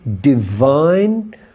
divine